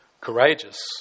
courageous